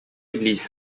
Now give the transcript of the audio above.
église